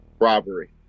robbery